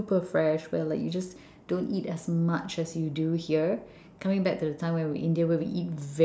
super fresh where like you just don't eat as much as you do here coming back to the time when we were in India where we eat